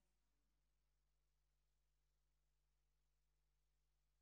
יבוא עשו אל המחנה האחת והכהו והיה המחנה הנשאר לפלטה".